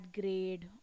grade